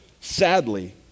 Sadly